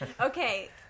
Okay